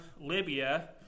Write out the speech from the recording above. Libya